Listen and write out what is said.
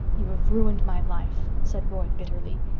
you have ruined my life, said roy bitterly.